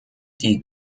die